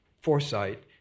foresight